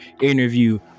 interview